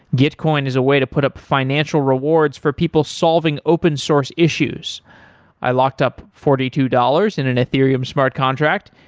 gitcoin is a way to put up financial rewards for people solving open source issues i locked up forty two dollars in an ethereum smart contract.